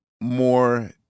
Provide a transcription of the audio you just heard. more